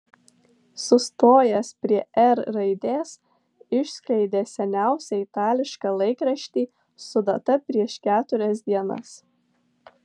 sustojęs prie r raidės išskleidė seniausią itališką laikraštį su data prieš keturias dienas